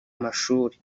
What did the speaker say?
mashuri